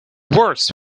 works